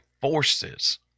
forces